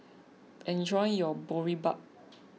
enjoy your Boribap